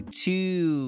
two